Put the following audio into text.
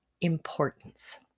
importance